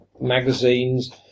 magazines